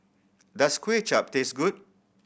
does Kuay Chap taste good